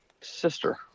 sister